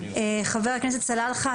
חבר הכנסת סלאלחה,